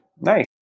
Nice